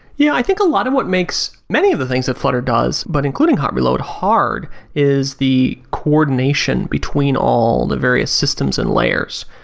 yeah, i think a lot of what makes many of the things that flutter does, but including hot reload, hard is the coordination between all of and the various systems and layers.